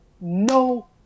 no